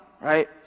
right